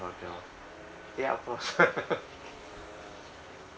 the hotel ya of course